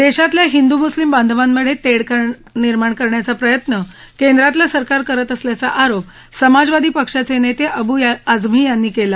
देशातल्या हिंदू मुस्लिम बांधवामधे तेढ निर्माण करण्याचा प्रयत्न केंद्रातलं सरकार करत असल्याचा आरोप समाजवादी पक्षाचे नेते अब् आझमी यांनी केला